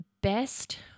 best